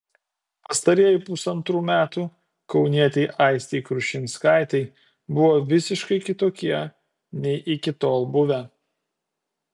pastarieji pusantrų metų kaunietei aistei krušinskaitei buvo visiškai kitokie nei iki tol buvę